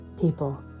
people